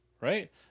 right